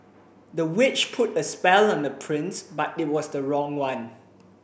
the witch put a spell on the prince but it was the wrong one